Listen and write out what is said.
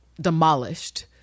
demolished